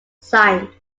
signed